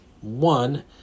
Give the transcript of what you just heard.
one